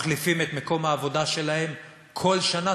מחליפים את מקום העבודה שלהם מדי שנה.